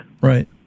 Right